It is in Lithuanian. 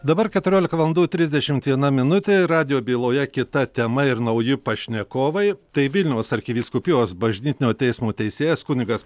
dabar keturiolika valandų trisdešimt viena minutė ir radijo byloje kita tema ir nauji pašnekovai tai vilniaus arkivyskupijos bažnytinio teismo teisėjas kunigas